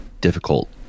Difficult